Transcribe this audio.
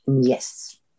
Yes